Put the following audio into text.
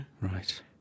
right